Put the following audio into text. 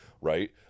right